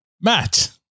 Matt